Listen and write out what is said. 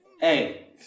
Hey